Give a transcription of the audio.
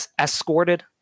escorted